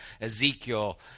Ezekiel